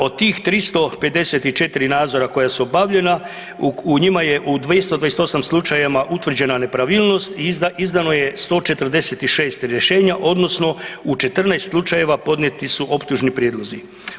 Od tih 354 nadzora koja su obavljena u njima je 228 slučajeva utvrđena nepravilnost i izdano je 146 rješenja odnosno u 14 slučajeva podnijeti su optužni prijedlozi.